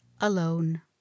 alone